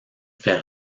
fait